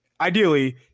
ideally